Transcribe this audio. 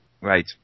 Right